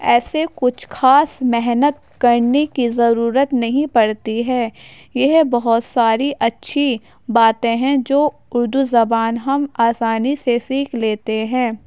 ایسے کچھ خاص محنت کرنے کی ضرورت نہیں پڑتی ہے یہ بہت ساری اچھی باتیں ہیں جو اردو زبان ہم آسانی سے سیکھ لیتے ہیں